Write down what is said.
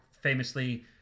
famously